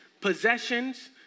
possessions